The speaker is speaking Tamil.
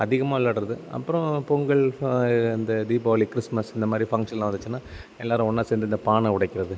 அதிகமாக விளையாடுறது அப்பறம் பொங்கல் இந்த தீபாவளி கிறிஸ்மஸ் இந்தமாதிரி ஃபங்க்ஷன்லாம் வந்துச்சின்னா எல்லோரும் ஒன்றா சேர்ந்து இந்த பானை உடைக்கிறது